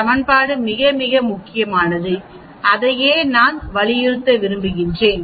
சமன்பாடு மிக மிக மிக முக்கியமானது அதையே நான் வலியுறுத்த விரும்புகிறேன்